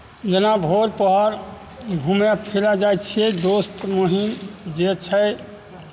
जेना भोर पहर घुमय फिरय जाइ छियै दोस्त महीम जे छै